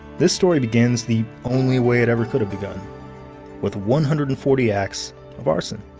this story begins the only way it ever could've begun with one hundred and forty acts of arson.